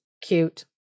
cute